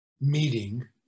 meeting